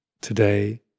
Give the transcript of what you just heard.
today